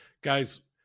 Guys